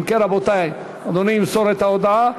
אם כן, רבותי, אדוני ימסור את ההודעה.